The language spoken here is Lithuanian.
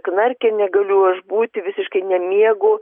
knarkia negaliu aš būti visiškai nemiegu